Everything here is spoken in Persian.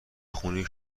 خونی